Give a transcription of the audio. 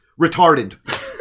retarded